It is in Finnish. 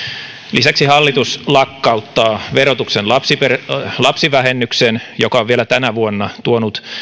lisäksi hallitus lakkauttaa verotuksen lapsivähennyksen joka on vielä tänä vuonna tuonut